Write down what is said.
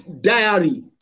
diary